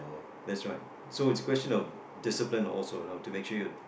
that's right so it's question of discipline also you know to make sure you